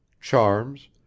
charms